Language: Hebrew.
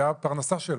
זאת הפרנסה שלו.